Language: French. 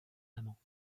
amant